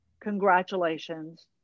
congratulations